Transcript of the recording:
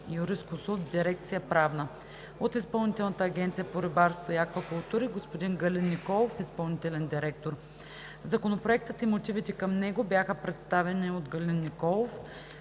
юрисконсулт в дирекция „Правна“; от Изпълнителната агенция по рибарство и аквакултури: господин Галин Николов – изпълнителен директор. Законопроектът и мотивите към него бяха представени от Галин Николов.